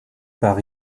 par